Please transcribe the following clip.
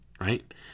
right